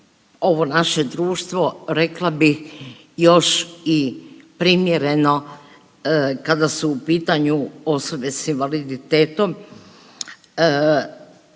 ovo naše društvo rekla bih još i primjereno kada su u pitanju osobe s invaliditetom